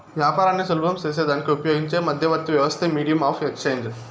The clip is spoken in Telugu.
యాపారాన్ని సులభం సేసేదానికి ఉపయోగించే మధ్యవర్తి వ్యవస్థే మీడియం ఆఫ్ ఎక్స్చేంజ్